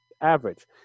average